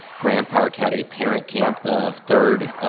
grant park had a parent camp the third,